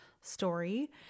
story